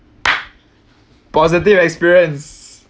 positive experience